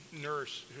nurse